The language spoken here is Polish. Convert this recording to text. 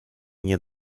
nie